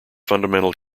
fundamental